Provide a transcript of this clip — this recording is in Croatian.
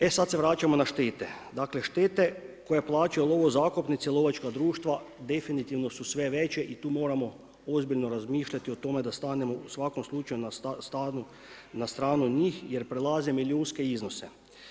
E sada se vraćamo na štete, dakle štete koje plaćaju lovozakupnici, lovačka društva definitivno su sve veće i tu moramo ozbiljno razmišljati o tome da stanemo u svakom slučaju na stranu njih jer prelazi milijunske iznose.